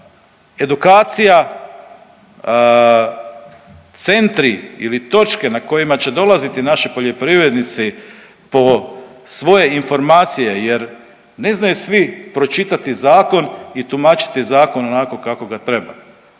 edukacija centri ili točke na kojima će dolaziti naši poljoprivrednici po svoje informacije jer ne znaju svi pročitati zakon i tumačiti zakon onako kako ga treba.